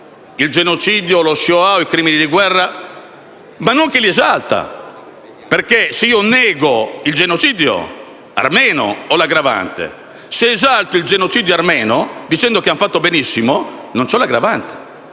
il genocidio, la Shoah, i crimini di guerra, ma non chi li esalta. Infatti, se io nego il genocidio armeno ho l'aggravante; se lo esalto, dicendo che hanno fatto benissimo, non ho l'aggravante.